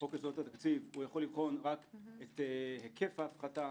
לחוק יסודות התקציב הוא יכול לבחון רק את היקף ההפחתה,